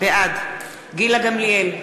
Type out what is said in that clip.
בעד גילה גמליאל,